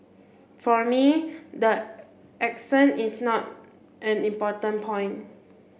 for me the accent is not an important point